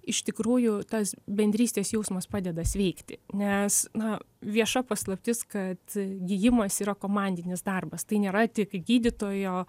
iš tikrųjų tas bendrystės jausmas padeda sveikti nes na vieša paslaptis kad gijimas yra komandinis darbas tai nėra tik gydytojo